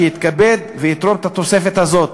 שיתכבד ויתרום את התוספת הזאת.